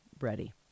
ready